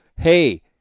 hey